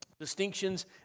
Distinctions